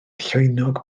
llwynog